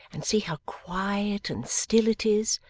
and see how quiet and still it is.